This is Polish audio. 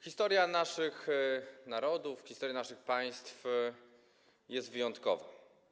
Historia naszych narodów, naszych państw jest wyjątkowa.